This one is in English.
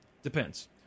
Depends